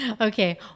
Okay